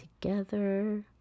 together